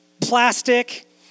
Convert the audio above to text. plastic